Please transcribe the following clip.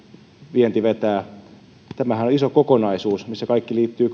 vienti vetämään tämähän on iso kokonaisuus missä kaikki liittyy